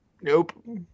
nope